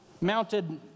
mounted